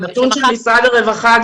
זה נתון של משרד הרווחה.